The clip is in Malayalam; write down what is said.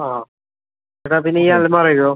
ആ ചേട്ടാ പിന്നെ ഇയാള് പറയുന്നതൊ